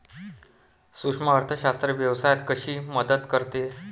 सूक्ष्म अर्थशास्त्र व्यवसायात कशी मदत करते?